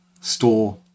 store